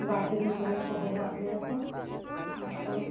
ᱵᱟᱨᱼᱯᱮ ᱫᱤᱱ ᱯᱚᱨᱮ ᱨᱮᱠᱚ ᱦᱚᱦᱚᱣᱟᱫ ᱞᱮᱭᱟ ᱠᱚ ᱟᱨᱠᱚ